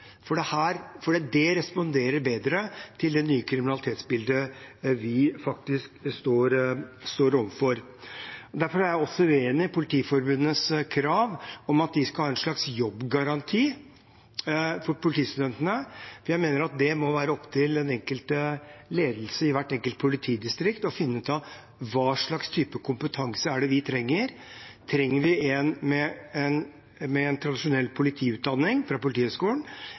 for det responderer bedre til det nye kriminalitetsbildet vi faktisk står overfor. Derfor er jeg også uenig i Politiets Fellesforbunds krav om at de skal ha en slags jobbgaranti for politistudentene. Jeg mener at det må være opp til ledelsen i hvert enkelt politidistrikt å finne ut av hva slags type kompetanse vi trenger: Trenger vi en med tradisjonell politiutdanning fra Politihøgskolen, eller trenger vi å styrke ressursene på barnehuset med en